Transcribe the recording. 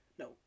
No